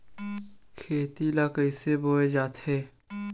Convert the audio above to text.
खेती ला कइसे बोय जाथे?